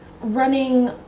running